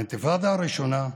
האינתיפאדה הראשונה,